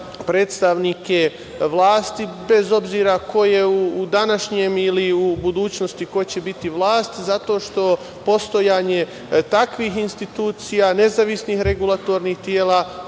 predstavnike vlasti, bez obzira ko je u današnjem ili u budućnosti ko će biti vlast, zato što postojanje takvih institucija, nezavisnih regulatornih tela